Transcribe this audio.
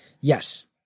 Yes